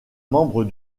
membres